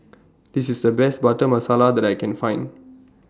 This IS The Best Butter Masala that I Can Find